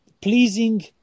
pleasing